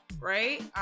right